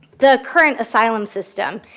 the current asylum system,